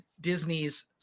Disney's